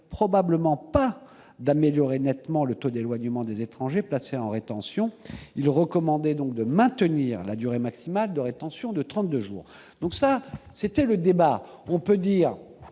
probablement pas d'améliorer nettement le taux d'éloignement des étrangers placés en rétention. » Il recommandait donc de « maintenir la durée maximale de rétention à 32 jours ». C'était le débat à l'époque.